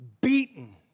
Beaten